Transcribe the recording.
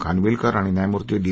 खानविलकर आणि न्यायमूर्ती डी